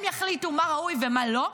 הם יחליטו מה ראוי ומה לא.